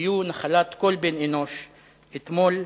יהיו נחלת כל בן-אנוש אתמול,